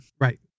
Right